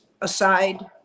aside